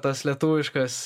tas lietuviškas